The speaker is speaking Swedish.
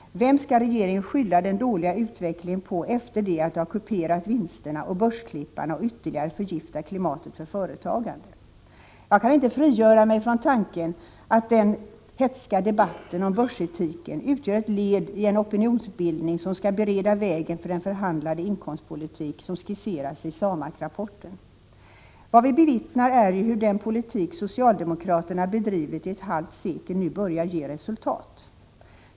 Vem skall regeringen skylla den dåliga utvecklingen på efter det att de har kuperat vinsterna och börsklipparna och ytterligare förgiftat klimatet för företagande? Jag kan inte frigöra mig från tanken att den hätska debatten om börsetiken utgör ett led i en opinionsbildning som skall bereda vägen för den förhandlade inkomstpolitik som skisserats i SAMAK-rapporten. Vad vi bevittnar är hur den politik som socialdemokraterna bedrivit i ett halvt sekel nu börjar ge resultat.